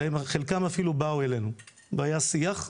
חלקם אפילו באו אלינו והיה שיח,